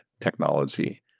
technology